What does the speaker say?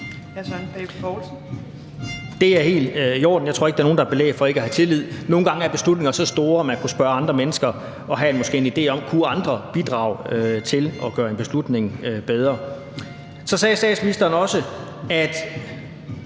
Det er helt i orden. Jeg tror ikke, der er nogen, der har belæg for ikke at have tillid. Nogle gange er beslutninger så store, at man kunne spørge andre mennesker og måske have en idé om, om andre kunne bidrage til at gøre en beslutning bedre. Så sagde statsministeren også –